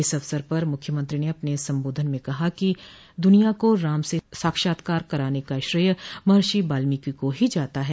इस अवसर पर मुख्यमंत्री ने अपने सम्बोधन में कहा कि द्निया को राम से साक्षात्कार कराने का श्रेय महर्षि बाल्मीकी को ही जाता है